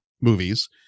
movies